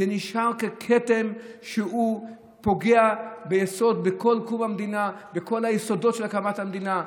זה נשאר ככתם שפוגע בכל יסודות הקמת המדינה.